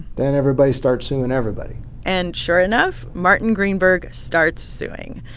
then everybody starts suing everybody and sure enough, martin greenberg starts suing.